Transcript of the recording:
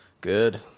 Good